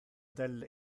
del